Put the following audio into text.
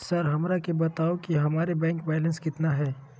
Sir हमरा के बताओ कि हमारे बैंक बैलेंस कितना है?